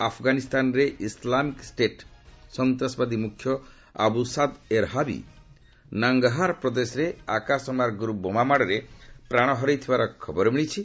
ଆଫ୍ଗାନିସ୍ତାନରେ Islamic State ସନ୍ତାସବାଦୀ ମୁଖ୍ୟ Abu Saad Erhabi Nangarhar ପ୍ରଦେଶରେ ଆକାଶମାର୍ଗରୁ ବୋମା ମାଡ଼ରେ ପ୍ରାଣ ହରାଇଥିବାର ଖବର ମିଳିଛି